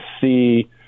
see